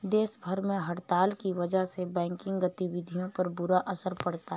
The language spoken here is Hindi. देश भर में हड़ताल की वजह से बैंकिंग गतिविधियों पर बुरा असर पड़ा है